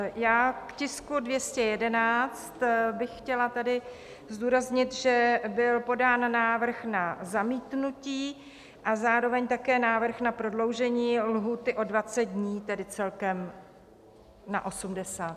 Já k tisku 211 bych chtěla tady zdůraznit, že byl podán návrh na zamítnutí a zároveň také návrh na prodloužení lhůty o 20 dní, tedy celkem na 80.